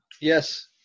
Yes